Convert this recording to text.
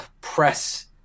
press